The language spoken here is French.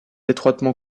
étroitement